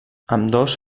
ambdós